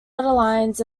lines